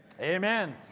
Amen